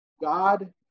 God